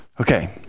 Okay